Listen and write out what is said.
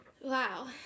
Wow